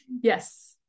Yes